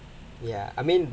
ya I mean